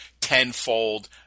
tenfold